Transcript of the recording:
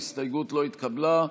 ההסתייגות לא התקבלה.